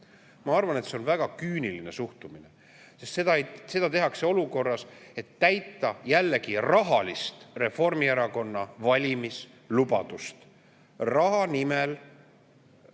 Ma arvan, et see on väga küüniline suhtumine, sest seda tehakse [seetõttu], et täita jällegi rahalist Reformierakonna valimislubadust. Raha nimel